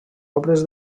obres